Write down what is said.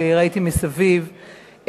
שראיתי מסביב,